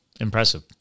Impressive